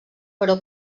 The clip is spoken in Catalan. però